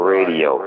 Radio